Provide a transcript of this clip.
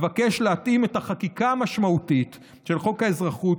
אבקש להתאים את החקיקה המשמעותית של חוק האזרחות